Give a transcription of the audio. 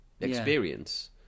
experience